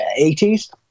80s